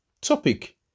Topic